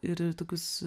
ir ir tokius